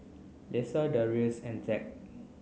Lesa Darius and Zack